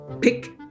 pick